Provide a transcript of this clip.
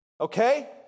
Okay